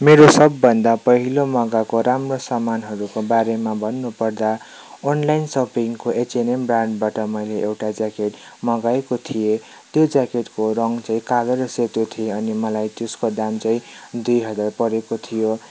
मेरो सबभन्दा पहिलो मगाएको राम्रो सामानहरूको बारेमा भन्नु पर्दा अनलाइन सपिङको एचएनएम ब्रान्डबाट मैले एउटा ज्याकेट मगाएको थिएँ त्यो ज्याकेटको रङ चाहिँ कालो र सेतो थियो मलाई त्यसको दाम चाहिँ दुई हजार परेको थियो